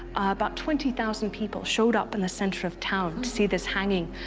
about twenty thousand people showed up in the center of town to see this hanging.